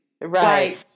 Right